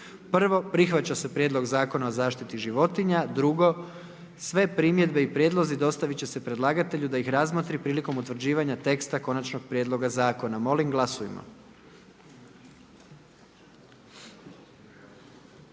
Prihvaća se Prijedlog Zakona o sigurnosnoj zaštiti pomorskih brodova i luka i sve primjedbe i prijedlozi dostaviti će se predlagatelju da ih razmotri prilikom utvrđivanja teksta konačnog prijedloga zakona. Molim uključite